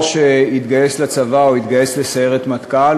כשהתגייס לצבא, התגייס לסיירת מטכ"ל.